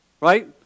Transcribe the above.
right